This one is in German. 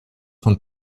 von